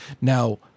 Now